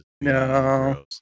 No